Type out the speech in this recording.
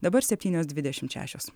dabar septynios dvidešimt šešios